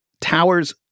Towers